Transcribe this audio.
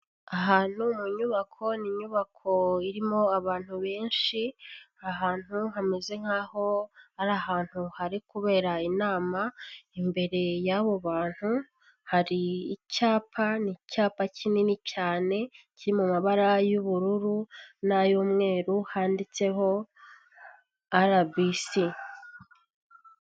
Ahantu mu nyubako, ni inyubako irimo abantu benshi, ahantu hameze nkaho ari ahantu hari kubera inama, imbere y'abo bantu hari icyapa, ni icyapa kinini cyane, kiri mu mabara y'ubururu n'ay'umweru, handitseho, RBC.